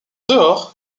dehors